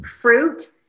fruit